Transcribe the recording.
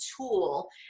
tool